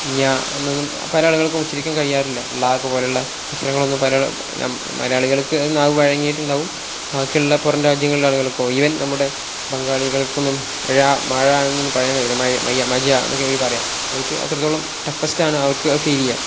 ഞ എന്നൊന്നും പല ആളുകൾക്കും ഉച്ചരിക്കൻ കഴിയാറില്ല ള ഒക്കെ പോലെയുള്ള അക്ഷരങ്ങളൊന്നും പല മലയാളികൾക്ക് അത് നാവ് വഴങ്ങിയിട്ടുണ്ടാവും ബാക്കിയുള്ള പുറം രാജ്യങ്ങളെ ആളുകൾക്കോ ഈവൻ നമ്മുടെ ബംഗാളികൾക്കൊന്നും ഴ മഴ എന്നൊന്നും പറയാൻ പഴിയ മജ എന്നൊക്കെ അവർ പറയാം അവർക്ക് അത്രത്തോളം ടഫസ്റ്റാണ് അവർക്ക് ഫീൽ ചെയ്യുക